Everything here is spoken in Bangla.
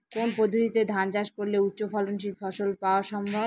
কোন পদ্ধতিতে ধান চাষ করলে উচ্চফলনশীল ফসল পাওয়া সম্ভব?